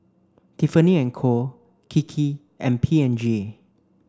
Tiffany and Co Kiki and P and G